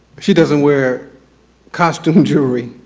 she doesn't wear costume jewelry